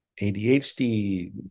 ADHD